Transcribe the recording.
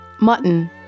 Mutton